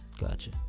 Gotcha